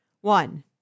One